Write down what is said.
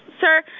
Sir